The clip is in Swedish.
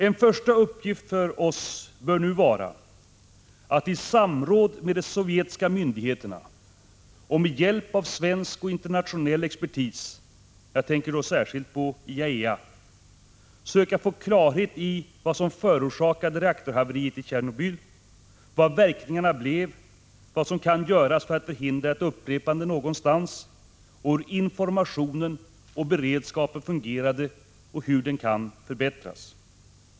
En första uppgift för oss bör nu vara att i samråd med de sovjetiska myndigheterna och med hjälp av svensk och internationell expertis — jag tänker då särskilt på IAEA — söka få klarhet i vad som förorsakade reaktorhaveriet i Tjernobyl, vad verkningarna blev, vad som kan göras för att förhindra ett upprepande någonstans, hur informationen och beredskapen fungerade och hur de kan förbättras.